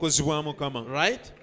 Right